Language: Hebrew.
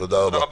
תודה רבה.